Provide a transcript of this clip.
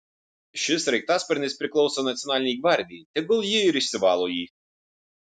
šis sraigtasparnis priklauso nacionalinei gvardijai tegul ji ir išsivalo jį